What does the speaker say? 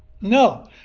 No